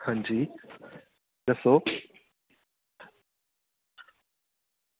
हां जी दस्सो